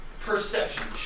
perception